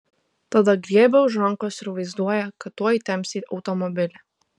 tada griebia už rankos ir vaizduoja kad tuoj temps į automobilį